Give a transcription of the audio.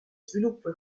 sviluppo